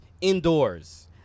indoors